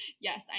yes